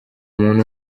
muntu